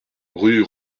rue